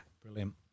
brilliant